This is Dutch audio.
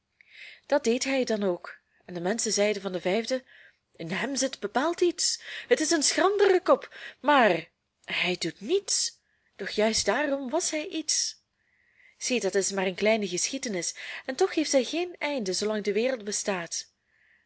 dat deed hij dan ook en de menschen zeiden van den vijfde in hem zit bepaald iets het is een schrandere kop maar hij doet niets doch juist daarom was hij iets zie dat is maar een kleine geschiedenis en toch heeft zij geen einde zoolang de wereld bestaat